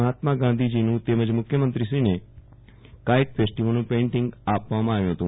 મહાત્મા ગાંધીજીનું તેમજ મુખ્યમંત્રીશ્રીને કાઈટ ફેસ્ટિવલનું પેઈન્ટિંગ આપવામાં આવ્યું હતું